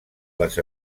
les